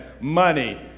money